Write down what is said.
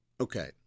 Okay